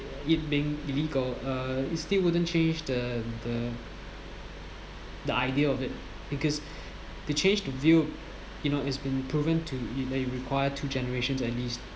it's being illegal uh it still wouldn't change the the the idea of it because the change to view you know it's been proven to that you require two generations at least